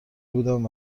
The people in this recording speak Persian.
بودم